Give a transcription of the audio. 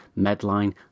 Medline